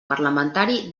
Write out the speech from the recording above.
parlamentari